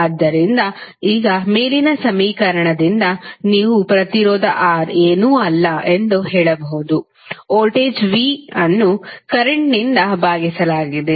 ಆದ್ದರಿಂದ ಈಗ ಮೇಲಿನ ಸಮೀಕರಣದಿಂದ ನೀವು ಪ್ರತಿರೋಧ R ಏನೂ ಅಲ್ಲ ಎಂದು ಹೇಳಬಹುದು ವೋಲ್ಟೇಜ್ V ಅನ್ನು ಕರೆಂಟ್ನಿಂದ ಭಾಗಿಸಲಾಗಿದೆ